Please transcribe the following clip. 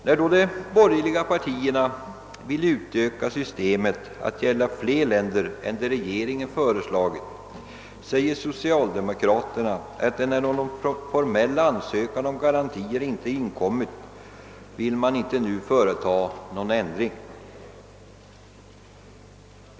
När då de borgerliga partierna vill utöka systemet att gälla fler länder än dem regeringen föreslagit, säger socialdemokraterna att man nu inte vill företaga någon ändring. Som skäl anföres att någon formell ansökan om garantier inte införes.